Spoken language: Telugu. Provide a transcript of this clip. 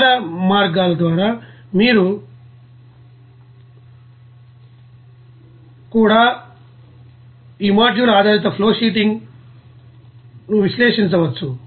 ఇతర మార్గాలు ద్వారా కూడా మీరు ఈ మాడ్యూల్ ఆధారిత ఫ్లోషీటింగ్ ను విశ్లేషించవచ్చు